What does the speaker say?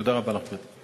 תודה רבה לך, גברתי.